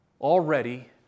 Already